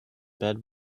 bed